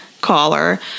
caller